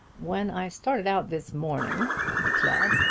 when i started out this morning, he declared,